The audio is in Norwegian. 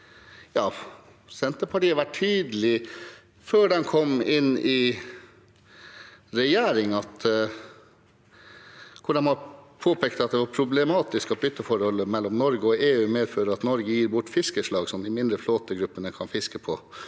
Senterpartiet var tydelig før de kom inn i regjering, da de påpekte at det var problematisk at bytteforholdet mellom Norge og EU medfører at Norge gir bort fiskeslag som de mindre flåtegruppene kan fiske på,